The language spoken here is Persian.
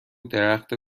درخت